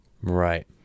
Right